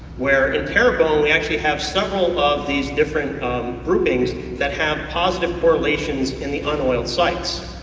where in terrebone we actually have several of these different groupings that have positive correlations in the unoiled sites,